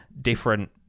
different